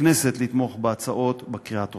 מהכנסת לתמוך בהצעות בקריאה הטרומית.